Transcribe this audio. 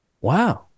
Wow